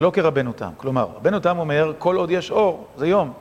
לא כרבנו תם. כלומר, רבנו תם אומר, כל עוד יש אור זה יום.